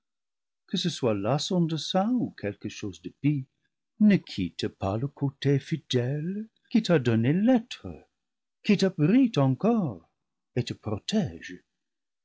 que ce soit là son dessein ou quelque chose de pis ne quitte pas le côté fidèle qui t'a donné l'être qui t'abrite encore et te protége